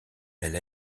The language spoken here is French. elle